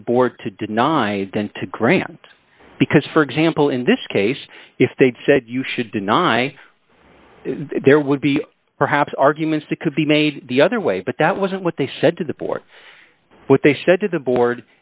for the board to deny than to grant because for example in this case if they said you should deny there would be perhaps arguments that could be made the other way but that wasn't what they said to the board what they said to the board